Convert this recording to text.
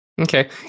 Okay